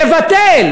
לבטל,